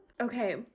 Okay